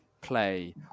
play